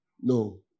no